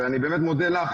ואני באמת מודה לך,